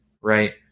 right